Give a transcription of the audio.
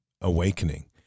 awakening